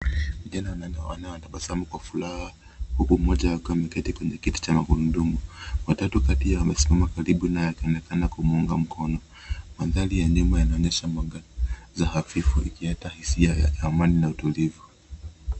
Vijana wanne wanatabasamu kwa furaha huku mmoja akiwa ameketi kwenye kiti cha magurudumu. Wa tatu kati yao amesimama karibu naye akionekana kumuunga mkono. Mandhari ya nyuma yanaonyesha mwangaza hafifu ikileta hisia ya amani na utulivu.